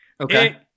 okay